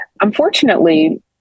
Unfortunately